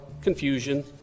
confusion